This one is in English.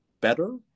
better